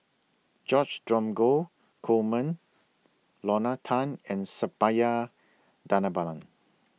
George Dromgold Coleman Lorna Tan and Suppiah Dhanabalan